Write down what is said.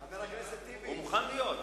הוא מוכן להיות.